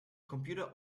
computer